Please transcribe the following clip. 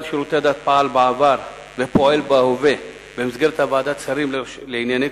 לשירותי דת ביום כ"ז בטבת התש"ע (13 בינואר 2010): משנת 2003